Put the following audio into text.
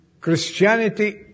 Christianity